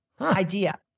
idea